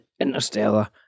Interstellar